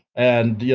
and, y'know,